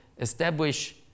establish